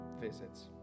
visits